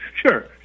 Sure